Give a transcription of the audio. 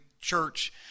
church